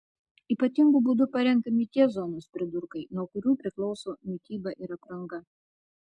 ypatingu būdu parenkami tie zonos pridurkai nuo kurių priklauso mityba ir apranga